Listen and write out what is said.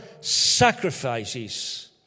sacrifices